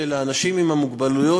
של האנשים עם מוגבלות,